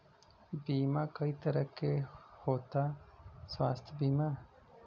बीमा कई तरह के होता स्वास्थ्य बीमा?